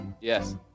Yes